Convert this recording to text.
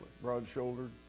Broad-shouldered